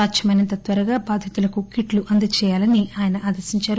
సాధ్యమైనంత త్వరగా బాధితులకు కిట్లను అందజేయాలని ఆదేశించారు